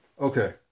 Okay